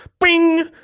bing